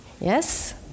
Yes